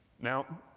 Now